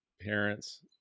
parents